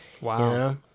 Wow